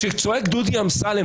כשצועק דודי אמסלם,